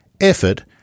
effort